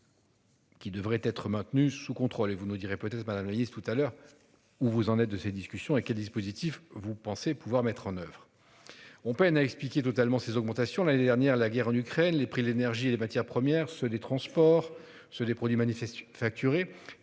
Qui devrait être maintenus sous contrôle et vous nous direz peut-être mal analyse tout à l'heure où vous en êtes de ces discussions avec quel dispositif vous pensez pouvoir mettre en oeuvre. On peine à expliquer totalement ces augmentations. L'année dernière. La guerre en Ukraine, les prix de l'énergie et des matières premières, ceux des transports ceux des produits. Facturé